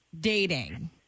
dating